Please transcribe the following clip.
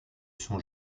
son